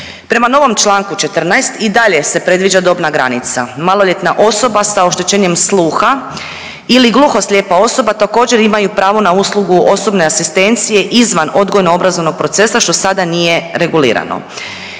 Prema novom čl. 14. i dalje se predviđa dobna granica, maloljetna osoba sa oštećenjem sluha ili gluho slijepa osoba također imaju pravo na uslugu osobne asistencije izvan odgojno obrazovnog procesa, što sada nije regulirano.